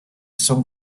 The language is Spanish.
son